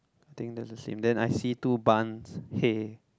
I think they are the same then I see two barns hay